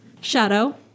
Shadow